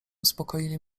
uspokoili